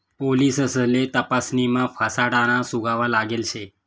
पोलिससले तपासणीमा फसाडाना सुगावा लागेल शे